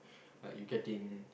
like you getting